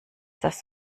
das